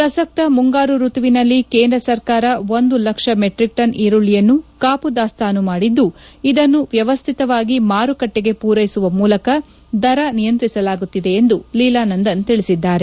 ಪ್ರಸಕ್ತ ಮುಂಗಾರು ಋತುವಿನಲ್ಲಿ ಕೇಂದ್ರ ಸರ್ಕಾರ ಒಂದು ಲಕ್ಷ ಮೆಟ್ರಿಕ್ ಟನ್ ಈರುಳ್ಳಿಯನ್ನು ಕಾಪು ದಾಸ್ತಾನು ಮಾಡಿದ್ದು ಇದನ್ನು ವ್ಯವಸ್ಥಿತವಾಗಿ ಮಾರುಕಟ್ಟೆಗೆ ಪೂರೈಸುವ ಮೂಲಕ ದರ ನಿಯಂತ್ರಿಸಲಾಗುತ್ತಿದೆ ಎಂದು ಲೀಲಾನಂದನ್ ತಿಳಿಸಿದ್ದಾರೆ